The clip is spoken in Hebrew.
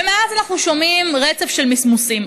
ומאז אנחנו שומעים רצף של מסמוסים.